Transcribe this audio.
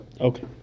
Okay